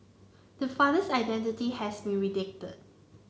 the father's identity has been redacted